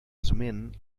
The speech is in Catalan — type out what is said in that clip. esment